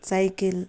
cycle